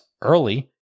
early